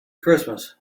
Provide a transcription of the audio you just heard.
christmas